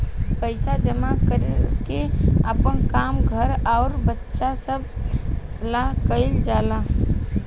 पइसा जमा कर के आपन काम, घर अउर बच्चा सभ ला कइल जाला